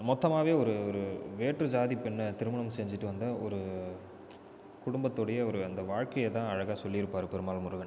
மொத்தமாகவே ஒரு ஒரு வேற்று ஜாதி பெண்ணை திருமணம் செஞ்சுட்டு வந்த ஒரு குடும்பத்துடைய ஒரு அந்த வாழ்க்கையை தான் அழகாக சொல்லியிருப்பாரு பெருமாள் முருகன்